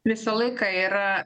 visą laiką yra